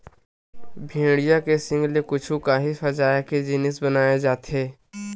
भेड़िया के सींग ले कुछु काही सजाए के जिनिस बनाए जाथे